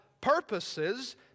purposes